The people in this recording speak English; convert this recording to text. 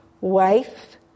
wife